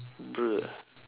bruh